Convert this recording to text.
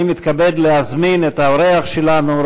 אני מתכבד להזמין את האורח שלנו,